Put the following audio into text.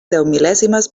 deumil·lèsimes